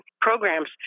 programs